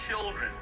children